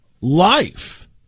life